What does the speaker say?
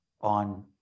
on